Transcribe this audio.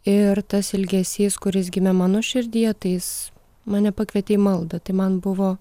ir tas ilgesys kuris gimė mano širdyje tai jis mane pakvietė į maldą tai man buvo